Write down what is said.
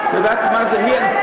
את יודעת מה זה?